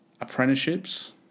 apprenticeships